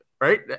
Right